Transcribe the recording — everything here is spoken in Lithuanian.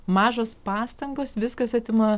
mažos pastangos viskas atima